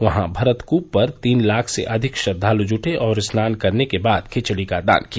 वहां भरत कूप पर तीन लाख से अधिक श्रद्वालु जुटे और स्नान करने के बाद खिचड़ी का दान किया